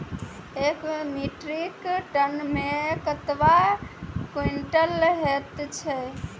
एक metric ton मे कतवा क्वींटल हैत छै?